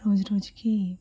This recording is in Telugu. రోజురోజుకీ